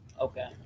Okay